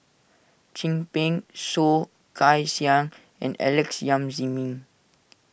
Chin Peng Soh Kay Siang and Alex Yam Ziming